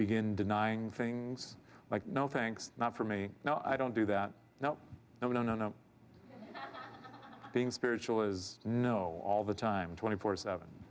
begin denying things like no thanks not for me now i don't do that no no no no no being spiritual is no all the time twenty four seven